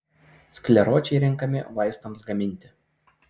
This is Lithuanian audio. skleročiai renkami vaistams gaminti